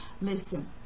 Listen